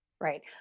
right